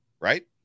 Right